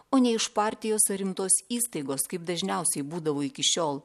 o ne iš partijos ar rimtos įstaigos kaip dažniausiai būdavo iki šiol